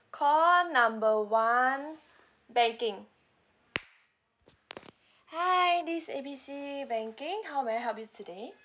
call number one banking hi this is A B C banking how may I help you today